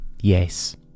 Yes